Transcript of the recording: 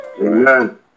Amen